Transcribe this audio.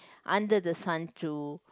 under the sun to